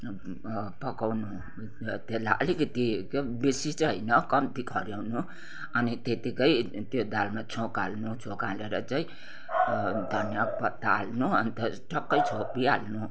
पकाउनु त्यसलाई अलिकिति क्या बेसी चाहिँ होइन कम्ती खऱ्याउनु अनि त्यत्तिकै त्यो दालमा छोँक हाल्नु छोँक हालेर चाहिँ धनिया पत्ता हाल्नु अन्त ठक्कै छोपिहाल्नु